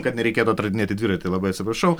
kad nereikėtų atradinėti dviratį labai atsiprašau